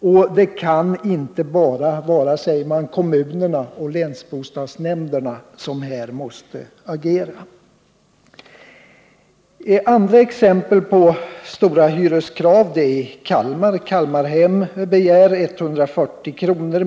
Det kan, säger man, inte bara vara kommunernas och länsbostadsnämndernas sak att agera. Ett annat exempel på att krav på stora hyreshöjningar har framförts har jag hämtat från Kalmar. Där begär Kalmarhem 140 kr.